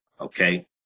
okay